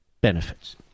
benefits